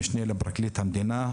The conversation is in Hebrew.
המשנה לפרקליט המדינה.